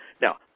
Now